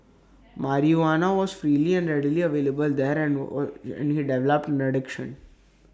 marijuana was freely and readily available there and he developed an addiction